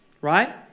right